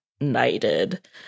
knighted